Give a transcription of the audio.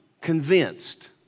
convinced